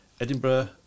Edinburgh